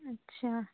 اچھا